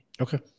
Okay